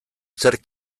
zerk